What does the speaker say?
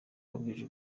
mbabwije